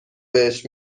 بهش